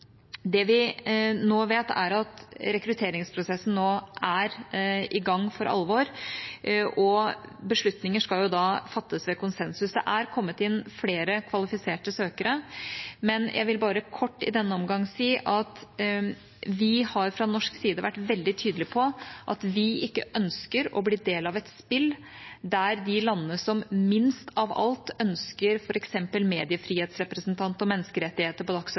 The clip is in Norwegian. Det vi nå vet, er at rekrutteringsprosessen nå er i gang for alvor, og beslutninger skal fattes ved konsensus. Det er kommet inn flere kvalifiserte søkere. Men jeg vil bare kort i denne omgang si at vi fra norsk side har vært veldig tydelige på at vi ikke ønsker å bli del av et spill der de landene som minst av alt ønsker f.eks. mediefrihetsrepresentant og menneskerettigheter på